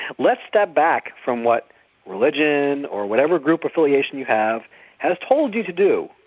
let's step back from what religion or whatever group affiliation you have has told you to do.